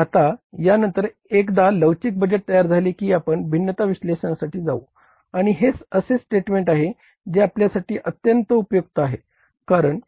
आता यानंतर एकदा लवचिक बजेट तयार झाले की आपण भिन्नता विश्लेषणासाठी जाऊ आणि हे असे स्टेटमेंट आहे जे आपल्यासाठी अत्यंत उपयुक्त आहे कारण